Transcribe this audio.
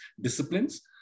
disciplines